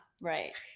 Right